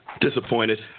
Disappointed